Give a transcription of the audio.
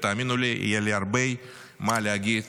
ותאמינו לי, יהיה לי הרבה מה להגיד